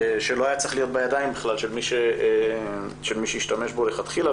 שלא היה צריך להיות בידיים בכלל של מי שהשתמש בו מלכתחילה,